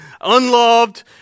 unloved